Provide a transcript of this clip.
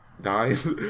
dies